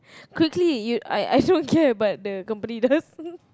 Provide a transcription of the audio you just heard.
quickly you I I also don't care but the company does